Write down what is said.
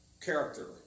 character